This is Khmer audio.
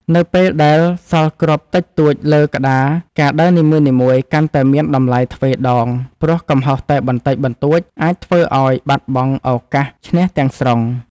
នៅពេលដែលសល់គ្រាប់តិចតួចលើក្តារការដើរនីមួយៗកាន់តែមានតម្លៃទ្វេដងព្រោះកំហុសតែបន្តិចបន្តួចអាចធ្វើឱ្យបាត់បង់ឱកាសឈ្នះទាំងស្រុង។